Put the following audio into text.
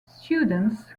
students